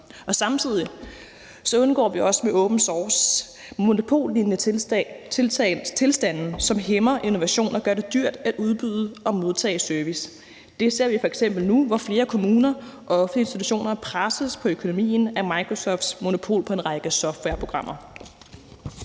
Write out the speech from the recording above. Samtidig undgår vi også med open source monopollignende tilstande, som hæmmer innovation og gør det dyrt at udbyde og modtage service. Det ser vi f.eks. nu, hvor flere kommuner og offentlige institutioner presses på økonomien af Microsofts monopol på en række softwareprogrammer.